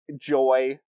joy